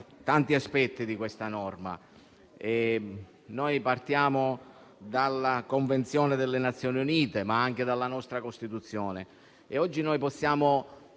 tanti aspetti della norma in esame. Noi partiamo dalla Convenzione delle Nazioni Unite, ma anche dalla nostra Costituzione. Oggi possiamo